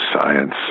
science